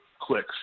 clicks